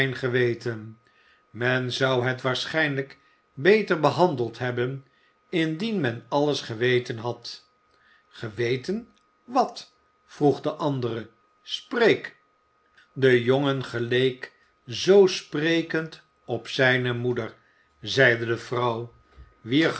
geweten men zou het waarschijnlijk beter behandeld hebben indien men alles geweten had geweten wat vroeg de andere spreek de jongen geleek zoo sprekend op zine moeder zeide de vrouw